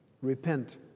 Repent